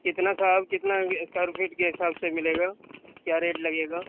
کتنا صاحب کتنا اسکوائر فٹ کے حساب سے مِلے گا کیا ریٹ لگے گا